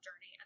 journey